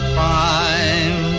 fine